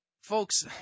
folks